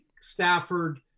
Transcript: Stafford